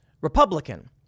Republican